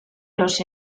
los